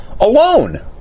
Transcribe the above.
alone